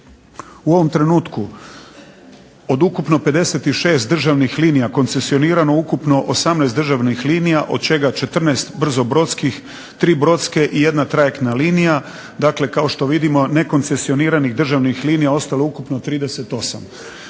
u ovom trenutku od ukupno 56 državnih linija koncesionirano ukupno 18 državnih linija, od čega 14 brzobrodskih, 3 brodske i jedna trajektna linija, dakle kao što vidimo nekoncesioniranih državnih linija ostalo je ukupno 38.